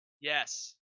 yes